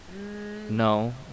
No